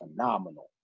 phenomenal